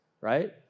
Right